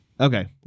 Okay